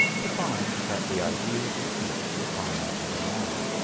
to find that the ideas of each were common to them all,